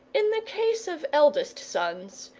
in the case of eldest sons,